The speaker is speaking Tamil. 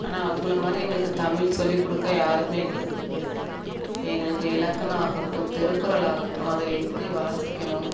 ஆனால் அவங்கள மாதிரி எங்களுக்கு தமிழ் சொல்லி கொடுக்க யாருமே இல்லை எங்களுக்கு இலக்கணம் ஆகட்டும் திருக்குறள் ஆகட்டும் அதை எப்படி வாசிக்கணும்